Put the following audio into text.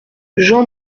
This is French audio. jean